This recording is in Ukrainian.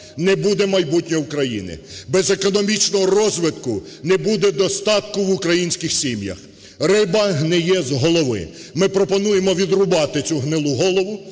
не буде майбутнього України, без економічного розвитку не буде достатку в українських сім'ях, риба гниє з голови. Ми пропонуємо відрубати цю гнилу голову